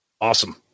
Awesome